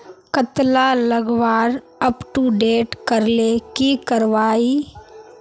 कतला लगवार अपटूडेट करले की करवा ई?